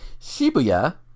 Shibuya